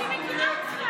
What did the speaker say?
אני מכירה אותך.